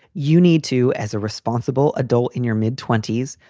you need to, as a responsible adult in your mid twenty s,